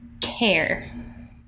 care